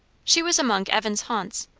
she was among evan's haunts.